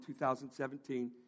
2017